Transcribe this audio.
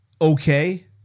okay